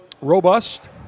Robust